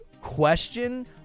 question